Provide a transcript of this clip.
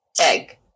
egg